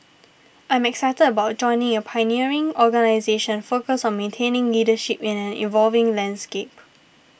I'm excited about joining a pioneering organisation focused on maintaining leadership in an evolving landscape